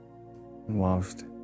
whilst